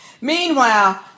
Meanwhile